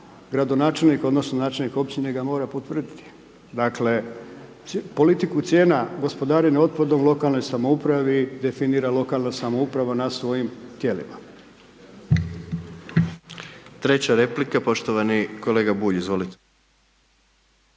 gradonačelnik, odnosno načelnik općine ga mora potvrditi. Dakle politiku cijena gospodarenja otpadom u lokalnoj samoupravi definira lokalna samouprava na svojim tijelima. **Jandroković, Gordan (HDZ)** Treća replika poštovani kolega Bulj, izvolite.